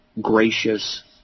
gracious